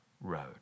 road